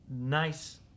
nice